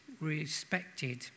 respected